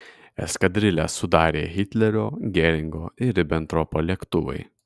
eskadrilę sudarė hitlerio geringo ir ribentropo lėktuvai